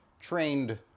trained